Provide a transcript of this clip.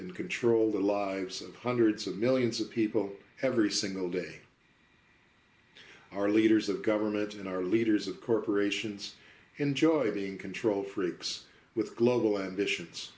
and control ready the lives of hundreds of millions of people every single day our leaders the government and our leaders of corporations enjoy being control freaks with global ambitions